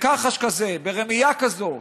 בכחש כזה ברמייה כזאת.